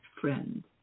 friend